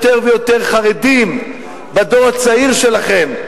יותר ויותר חרדים בדור הצעיר שלכם,